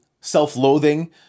self-loathing